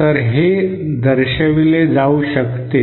तर हे दर्शविले जाऊ शकते